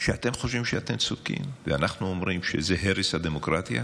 אתם חושבים שאתם צודקים ואנחנו אומרים שזה הרס הדמוקרטיה,